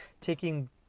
taking